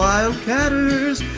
Wildcatters